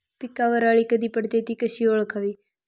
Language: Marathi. पिकावर अळी कधी पडते, ति कशी ओळखावी?